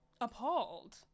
appalled